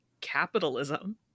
capitalism